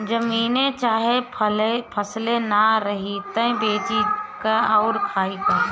जमीने चाहे फसले ना रही त बेची का अउर खाई का